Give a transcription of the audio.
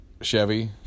Chevy